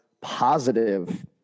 positive